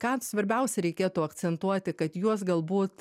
ką svarbiausia reikėtų akcentuoti kad juos galbūt